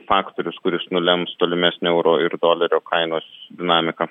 faktorius kuris nulems tolimesnę euro ir dolerio kainos dinamiką